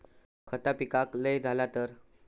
खता पिकाक लय झाला तर?